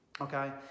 Okay